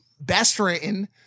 best-written